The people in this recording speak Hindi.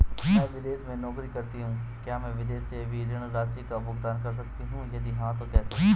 मैं विदेश में नौकरी करतीं हूँ क्या मैं विदेश से भी ऋण राशि का भुगतान कर सकती हूँ यदि हाँ तो कैसे?